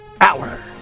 Hour